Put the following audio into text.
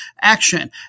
action